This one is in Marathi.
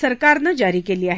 सरकारनं जारी केली आहे